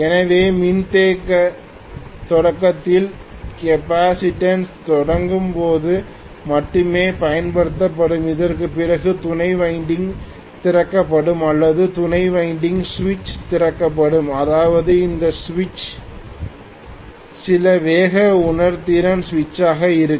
எனவே மின்தேக்க தொடக்கத்தில் கெப்பாசிட்டன்ஸ் தொடங்கும் போது மட்டுமே பயன்படுத்தப்படும் அதற்குப் பிறகு துணை வைண்டிங் திறக்கப்படும் அல்லது துணை வைண்டிங் சுவிட்ச் திறக்கப்படும் அதாவது இந்த சுவிட்ச் சில வேக உணர்திறன் சுவிட்சாக இருக்கும்